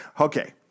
Okay